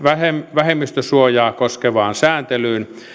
vähemmistösuojaa koskevaan sääntelyyn